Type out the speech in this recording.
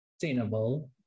sustainable